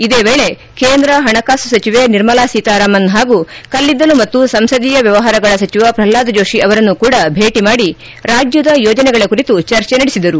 ಇದೇ ವೇಳಿ ಕೇಂದ್ರ ಹಣಕಾಸು ಸಚಿವೆ ನಿರ್ಮಲಾ ಸೀತಾರಾಮನ್ ಹಾಗೂ ಕಲ್ಲಿದ್ದಲು ಮತ್ತು ಸಂಸದೀಯ ವ್ಯವಹಾರಗಳ ಸಚಿವ ಪ್ರಲ್ನಾದ ಜೋಶಿ ಅವರನ್ನೂ ಕೂಡ ಭೇಟಿ ಮಾಡಿ ರಾಜ್ಯದ ಯೋಜನೆಗಳ ಕುರಿತು ಚರ್ಚೆ ನಡೆಸಿದರು